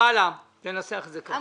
עמ'